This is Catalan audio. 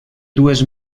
dues